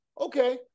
Okay